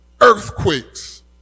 earthquakes